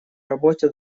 работе